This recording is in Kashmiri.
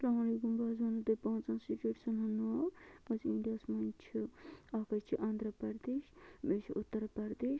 اَلسَلامُ علیکُم بہٕ حظ وَنو تۄہہِ پانٛژَن سِٹیٹسَن ہُنٛد ناو یِم حظ اِنٛڈِیِا ہَس مَنٛز چھِ اَکھ حَظ چھِ آنٛدھرا پردیش بیٚیہِ چھُ اُتَر پردیش